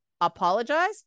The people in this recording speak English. apologize